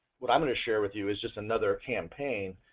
what i'm going to share with you is just another campaign.